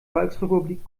volksrepublik